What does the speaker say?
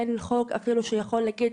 אין חוק שיכול להגיד,